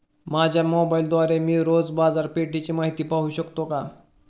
माझ्या मोबाइलद्वारे मी रोज बाजारपेठेची माहिती पाहू शकतो का?